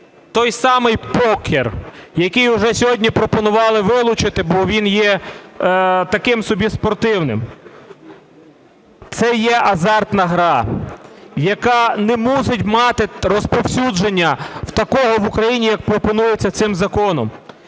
той самий покер, який уже сьогодні пропонували вилучити, бо він є таким собі спортивним. Це є азартна гра, яка не мусить мати розповсюдження такого в Україні, як пропонується цим законом.